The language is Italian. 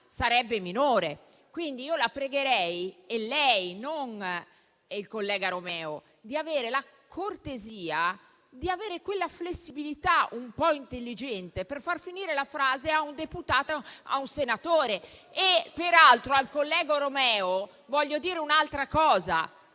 sarebbe minore. Pregherei quindi lei - e non il collega Romeo - di avere la cortesia di avere quella flessibilità un po' intelligente per far finire la frase a un senatore. Peraltro, al collega Romeo voglio dire un'altra cosa: